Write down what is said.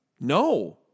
No